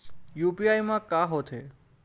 UPI मा का होथे?